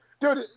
dude